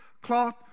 cloth